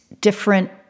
different